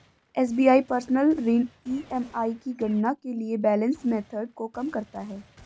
SBI personal ऋण EMI की गणना के लिए बैलेंस मेथड को कम करता है